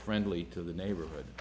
friendly to the neighborhood